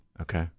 Okay